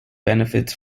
benefits